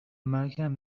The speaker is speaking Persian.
مرگم